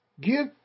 Give